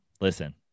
listen